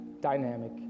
dynamic